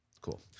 cool